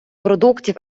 продуктів